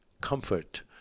comfort